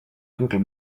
google